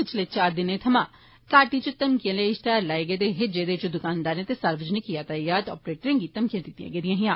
पिछले चार दिनें थवां घाटी इच धमकिएं आले इष्तेयार लाए गेदे हे जेदे इच दुकानदारें ते सार्वजनिक यातायात आपरेटरें गी धमकियां दित्तियां गेदियां हियां